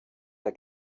der